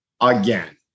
again